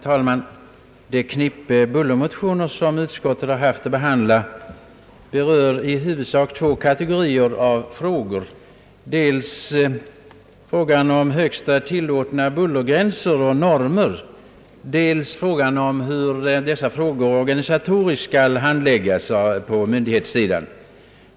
Herr talman! Det knippe bullermotioner som utskottet haft att behandla berör i huvudsak dels frågan om normer för högsta tillåtna bullergränser, dels frågan om hur dessa problem organisatoriskt skall handläggas av myndigheterna.